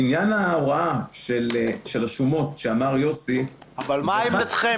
לעניין ההוראה של השומות שאמר יוסי --- אבל מה עמדתכם,